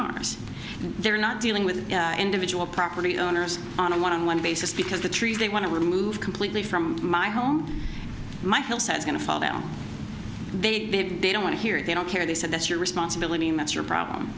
ours they're not dealing with individual property owners on a one on one basis because the trees they want to remove completely from my home my hillsides going to fall down they big they don't want to hear it i don't care they said that's your responsibility and that's your problem